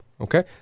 Okay